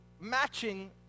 matching